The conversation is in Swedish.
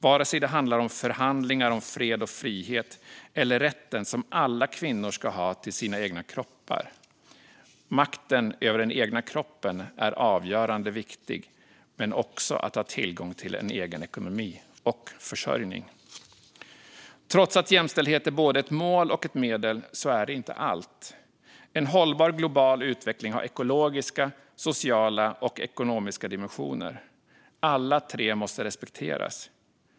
vare sig det handlar om förhandlingar om fred och frihet eller rätten som alla kvinnor ska ha till sin egen kropp. Makten över den egna kroppen är avgörande viktig men också att ha tillgång till en egen ekonomi och försörjning. Trots att jämställdhet är både ett mål och ett medel så är det inte allt. En hållbar global utveckling har ekologiska, sociala och ekonomiska dimensioner. Alla tre måste respekteras.